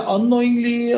Unknowingly